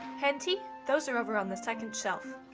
henty? those are over on the second shelf.